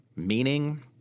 meaning